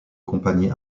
compagnie